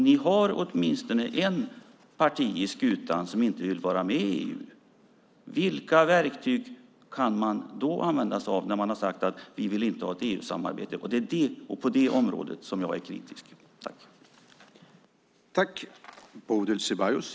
Ni har åtminstone ett parti med på skutan som inte vill vara med i EU. Vilka verktyg kan man då använda sig av när man sagt att man inte vill ha ett EU-samarbete? Det är det jag är kritisk till när det gäller just det området.